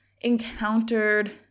encountered